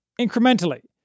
incrementally